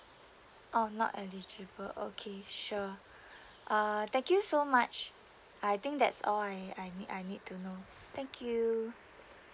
oh not eligible okay sure uh thank you so much I think that's all I I need I need to know thank you